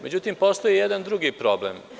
Međutim, postoji jedan drugi problem.